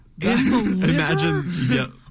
Imagine